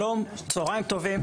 שלום, צהריים טובים.